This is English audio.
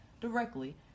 directly